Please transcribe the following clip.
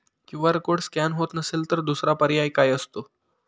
QR code scan होत नसेल तर दुसरा पर्याय काय असतो?